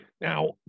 now